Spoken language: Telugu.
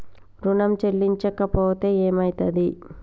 ఋణం చెల్లించకపోతే ఏమయితది?